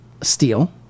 steel